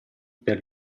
per